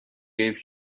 gave